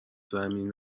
زمین